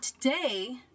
Today